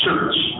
Church